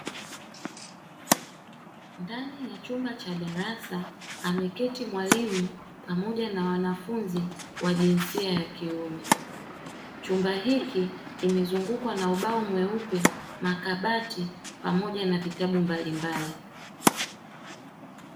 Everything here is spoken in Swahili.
Ndani ya chumba cha darasa ameketi mwalimu pamoja na wanafunzi wa jinsia ya kiume, chumba hiki kimezungukwa na ubao mweupe na kabati pamoja na vitabu mbalimbali.